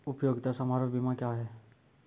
उपयोगिता समारोह बीमा क्या है?